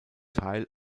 teil